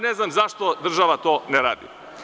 Ne znam zašto država to ne radi.